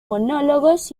monólogos